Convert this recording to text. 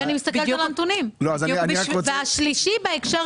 אני רוצה לראות